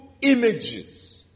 images